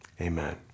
amen